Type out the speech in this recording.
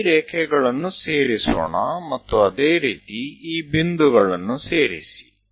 ಈ ರೇಖೆಗಳನ್ನು ಸೇರಿಸೋಣ ಮತ್ತು ಅದೇ ರೀತಿ ಈ ಬಿಂದುಗಳನ್ನು ಸೇರಿಸಿ